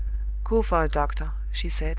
go for a doctor, she said,